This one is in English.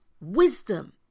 wisdom